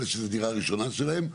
אלה שזו דירה ראשונה שלהם,